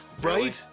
Right